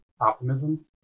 optimism